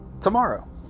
tomorrow